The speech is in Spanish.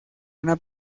una